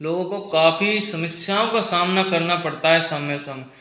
लोगों को काफ़ी समस्याओं का सामना करना पड़ता है समय समय